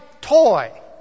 toy